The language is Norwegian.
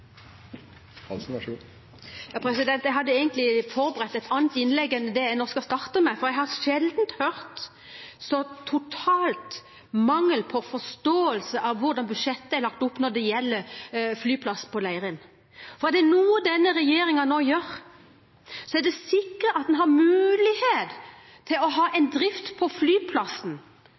Jeg hadde egentlig forberedt et annet innlegg enn det jeg nå skal starte med, for jeg har sjelden hørt så total mangel på forståelse av hvordan budsjettet er lagt opp som når det gjelder flyplass på Leirin. Er det noe denne regjeringen nå gjør, er det å sikre en drift på flyplassen som gjør det mulig at chartertrafikk vil være en framtidsløsning og en vekstnæring for den regionen. En